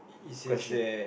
question